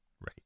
Right